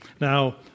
Now